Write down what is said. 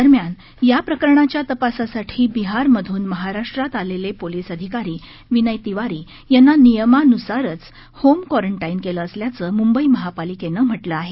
दरम्यान या प्रकरणाच्या तपासासाठी बिहारमधून महाराष्ट्रात आलेले पोलीस अधिकारी विनय तिवारी यांना नियमानुसारच होम क्वारंटाईन केलं असल्याचं मुंबई महापालिकेनं म्हटले आहे